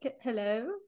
Hello